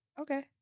Okay